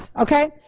okay